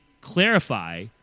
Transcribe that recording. clarify